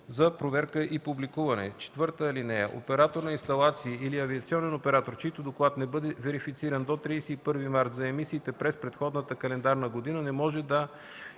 за проверка и публикуване. (4) Оператор на инсталации или авиационен оператор, чийто доклад не бъде верифициран до 31 март за емисиите през предходната календарна година, не може да